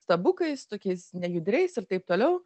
stabukais tokiais nejudriais ir taip toliau